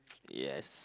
yes